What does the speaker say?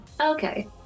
Okay